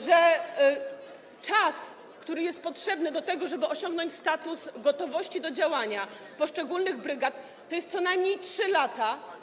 Że czas, który jest potrzebny do tego, żeby osiągnąć status gotowości do działania poszczególnych brygad, to co najmniej 3 lata?